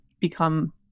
become